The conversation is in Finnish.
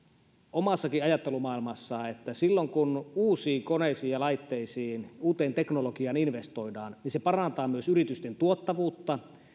omassakin ajattelumaailmassani että silloin kun uusiin koneisiin ja laitteisiin uuteen teknologiaan investoidaan se parantaa myös yritysten tuottavuutta